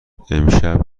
امشب